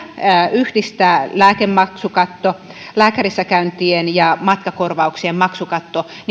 yhdistää lääkemaksukatto lääkärissä käyntien maksukatto ja matkakorvauksien maksukatto